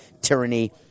tyranny